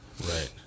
Right